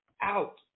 out